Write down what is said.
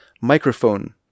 microphone